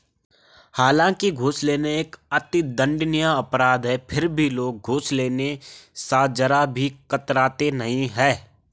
हालांकि घूस लेना एक अति दंडनीय अपराध है फिर भी लोग घूस लेने स जरा भी कतराते नहीं है